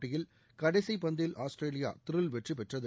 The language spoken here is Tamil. போட்டியில் கடைசி பந்தில் ஆஸ்திரேலியா திரில் வெற்றி பெற்றது